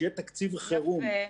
שיהיה תקציב חירום -- יפה.